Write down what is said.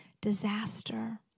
disaster